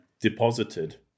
deposited